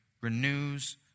renews